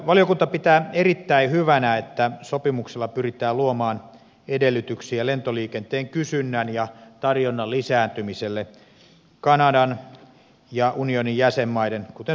valiokunta pitää erittäin hyvänä että sopimuksella pyritään luomaan edellytyksiä lentoliikenteen kysynnän ja tarjonnan lisääntymiselle kanadan ja unionin jäsenmaiden kuten suomen välillä